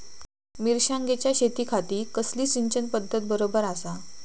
मिर्षागेंच्या शेतीखाती कसली सिंचन पध्दत बरोबर आसा?